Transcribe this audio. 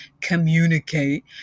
communicate